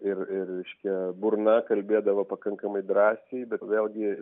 ir ir reiškia burna kalbėdavo pakankamai drąsiai bet vėlgi